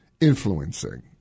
influencing